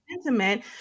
sentiment